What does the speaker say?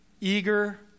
eager